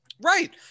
Right